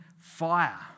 fire